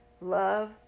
love